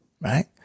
right